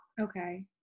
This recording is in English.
Okay